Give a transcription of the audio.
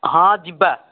ହଁ ଯିବା